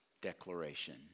declaration